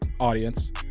audience